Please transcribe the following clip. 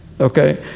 Okay